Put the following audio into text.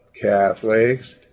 Catholics